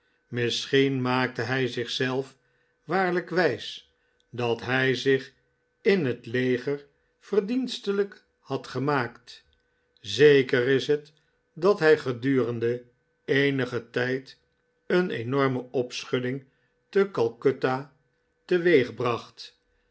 misschien maakte hij zichzelf waarlijk wijs dat hij zich in het leger verdienstelijk had gemaakt zeker is het dat hij gedurende eenigen tijd een enorme opschudding te calcutta teweegbracht